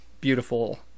beautiful